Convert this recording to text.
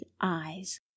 eyes